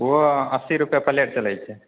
ओहो अस्सी रूपे प्लेट चलै छै